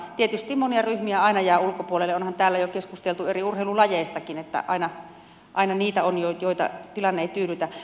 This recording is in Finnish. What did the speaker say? tietysti monia ryhmiä aina jää ulkopuolelle onhan täällä jo keskusteltu eri urheilulajeistakin aina niitä on joita tilanne ei tyydytä